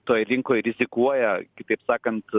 toj rinkoj rizikuoja kitaip sakant